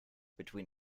between